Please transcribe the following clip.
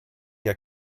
der